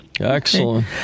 Excellent